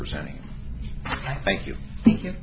representing thank you thank you